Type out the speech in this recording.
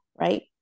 right